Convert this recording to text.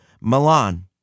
Milan